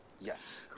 Yes